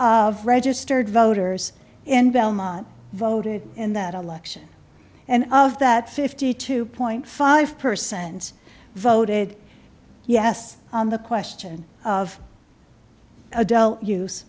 of registered voters in belmont voted in that election and of that fifty two point five percent voted yes on the question of adele use